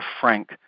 frank